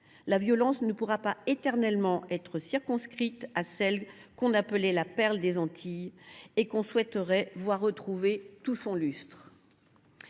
La violence ne pourra pas éternellement être circonscrite à ce qu’on appelait la perle des Antilles, que nous souhaiterions voir retrouver tout son lustre.